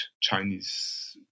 Chinese